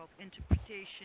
interpretation